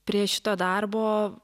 prie šito darbo